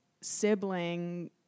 sibling